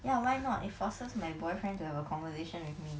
ya why not it forces my boyfriend to have a conversation with me